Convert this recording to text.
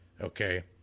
okay